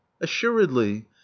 assuredly